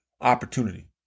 opportunity